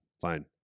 Fine